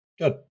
Good